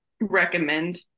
recommend